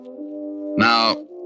Now